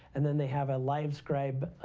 and then they have a livescribe